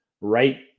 right